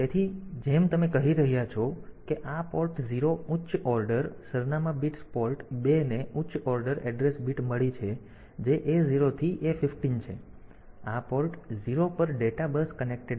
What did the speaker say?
તેથી જેમ તમે કહી રહ્યા છો કે આ પોર્ટ 0 ઉચ્ચ ઓર્ડર સરનામાં બિટ્સ પોર્ટ 2 ને ઉચ્ચ ઓર્ડર એડ્રેસ બિટ્સ મળી છે જે A0 થી A 15 છે આ પોર્ટ 0 પર ડેટા બસ કનેક્ટેડ આવશે